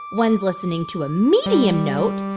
one's listening to a medium note,